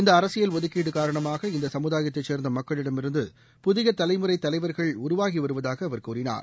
இந்த அரசியல் ஒதுக்கீடு காரணமாக இந்த சமுதாயத்தைச் சேர்ந்த மக்களிடமிருந்து புதிய தலைமுறை தலைவர்கள் உருவாகி வருவதாக அவர் கூறினார்